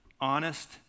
honest